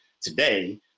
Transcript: today